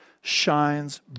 shines